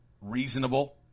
reasonable